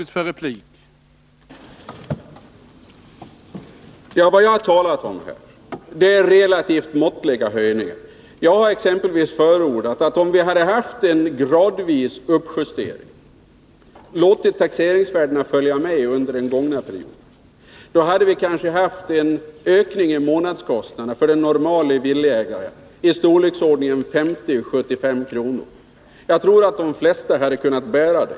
Herr talman! Vad jag har talat om här är relativt måttliga höjningar. Jag har exempelvis sagt, att om vi med hjälp av en gradvis uppjustering hade låtit taxeringsvärdena följa med under den gångna perioden, då hade vi kanske haft en ökning av månadskostnaden för den normale villaägaren i storleksordningen 50-75 kr. Jag tror att de flesta hade kunnat bära den.